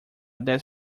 dez